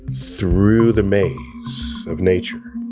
through the maze of nature,